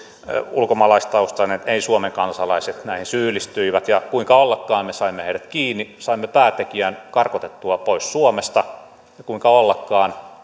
ulkomaalaistaustaiset ei suomen kansalaiset syyllistyivät kuinka ollakaan me saimme heidät kiinni saimme päätekijän karkotettua pois suomesta ja kuinka ollakaan